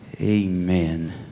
Amen